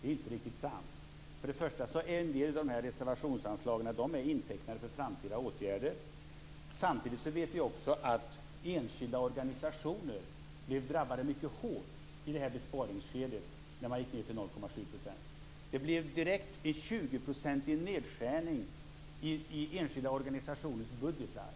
Det är inte riktigt sant. Först och främst är en del av dessa reservationsanslag intecknade för framtida åtgärder. Samtidigt vet vi också att enskilda organisationer blev mycket hårt drabbade i besparingsskedet när man gick ned till 0,7 %. Det blev direkt en 20-procentig nedskärning i enskilda organisationers budgetar.